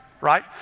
right